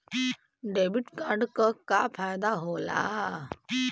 Debit card क का फायदा हो ला?